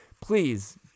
Please